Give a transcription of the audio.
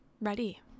ready